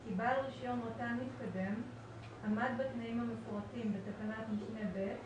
כי בעל רישיון רט"ן מתקדם עומד בתנאים המפורטים בתקנת משנה (ב),